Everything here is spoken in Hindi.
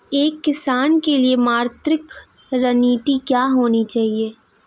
एक किसान के लिए मार्केटिंग रणनीति क्या होनी चाहिए?